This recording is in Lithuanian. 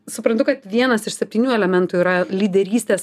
suprantu kad vienas iš septynių elementų yra lyderystės